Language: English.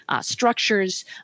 structures